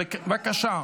בבקשה.